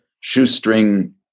shoestring